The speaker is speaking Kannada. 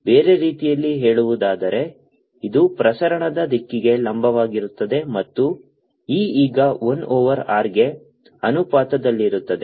ಬೇರೆ ರೀತಿಯಲ್ಲಿ ಹೇಳುವುದಾದರೆ ಇದು ಪ್ರಸರಣದ ದಿಕ್ಕಿಗೆ ಲಂಬವಾಗಿರುತ್ತದೆ ಮತ್ತು e ಈಗ 1 ಓವರ್ r ಗೆ ಅನುಪಾತದಲ್ಲಿರುತ್ತದೆ